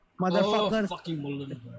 Motherfucker